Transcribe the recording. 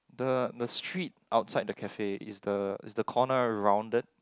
the the street outside the cafe is the is the corner rounded